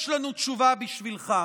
יש לנו תשובה בשבילך: